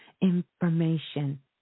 information